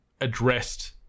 addressed